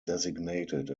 designated